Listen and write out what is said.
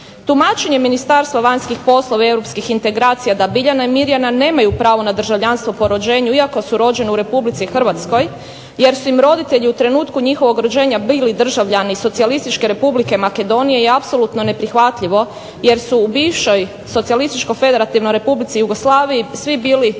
Tumačenje Ministarstva vanjskih poslova i europskih integracija da Biljana i Mirjana nemaju pravo na državljanstvo po rođenju iako su rođene u RH jer su im roditelji u trenutku njihovog rođenja bili državljani Socijalističke Republike Makedonije je apsolutno neprihvatljivo jer su u bivšoj Socijalističkoj Federativnoj Republici Jugoslaviji svi bili državljani